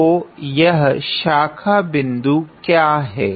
तो यह शाखा बिन्दु क्या हैं